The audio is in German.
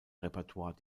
repertoire